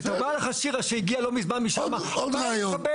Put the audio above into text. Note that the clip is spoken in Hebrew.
זה ללכת לטפל בכל העניינים עם המשרדים.